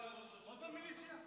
זאת המיליציה?